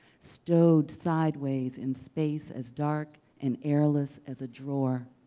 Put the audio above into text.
stowed sideways in space as dark and airless as a drawer?